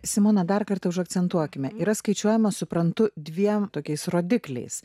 simona dar kartą užakcentuokime yra skaičiuojama suprantu dviem tokiais rodikliais